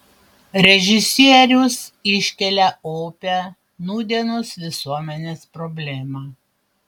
režisierius iškelia opią nūdienos visuomenės problemą